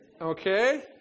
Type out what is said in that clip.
Okay